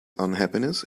unhappiness